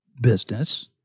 business